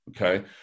okay